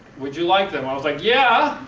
would you like them? i was like yeah!